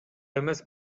эмес